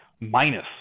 minus